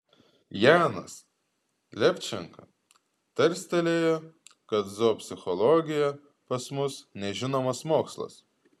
janas levčenka tarstelėjo kad zoopsichologija pas mus nežinomas mokslas